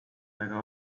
väga